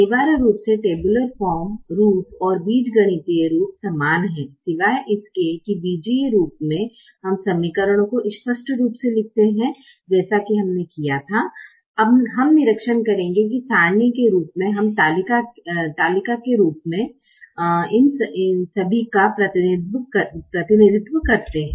अनिवार्य रूप से टेबुलर फॉर्म रूप और बीजगणितीय रूप समान हैं सिवाय इसके कि बीजीय रूप में हम समीकरणों को स्पष्ट रूप से लिखते हैं जैसा हमने किया था हम निरीक्षण करेंगे कि सारणी के रूप में हम तालिका के रूप में इन सभी का प्रतिनिधित्व करते हैं